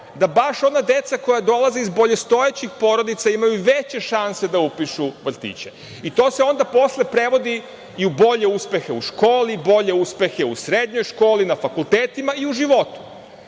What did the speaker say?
da baš ona deca koja dolaze iz boljestojećih porodica imaju veće šanse da upišu vrtiće. To se onda prevodi i u bolje uspehe u školi, bolje uspehe u srednjoj školi, na fakultetima i u životu. Mi